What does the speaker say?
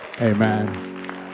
Amen